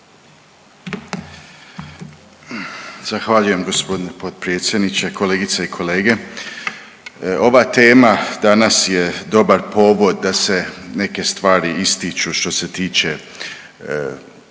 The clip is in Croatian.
Zahvaljujem g. potpredsjedniče, kolegice i kolege. Ova tema danas je dobar povod da se neke stvari ističu što se tiče